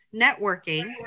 networking